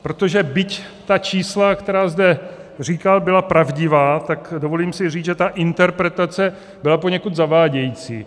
Protože byť ta čísla, která zde říkal, byla pravdivá, tak si dovolím říct, že ta interpretace byla poněkud zavádějící.